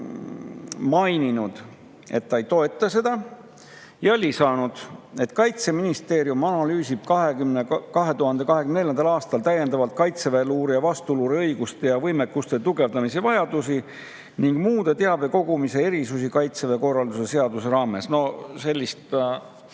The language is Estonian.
mainis, et ta ei toeta seda, ja lisas, et Kaitseministeerium analüüsib 2024. aastal täiendavalt kaitseväeluure ja vastuluure õiguste ja võimekuste tugevdamise vajadusi ning muid teabe kogumise erisusi Kaitseväe korralduse seaduse raames. Ma ütleksin,